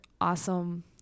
awesome